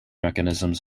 mechanisms